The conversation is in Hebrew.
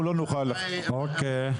אנחנו לא נוכל לחתום.